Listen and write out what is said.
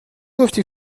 گفتی